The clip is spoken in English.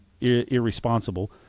irresponsible